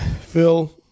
Phil